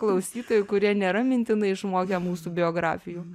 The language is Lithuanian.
klausytojai kurie nėra mintinai išmokę mūsų biografijų